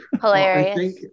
Hilarious